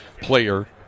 player